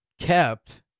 kept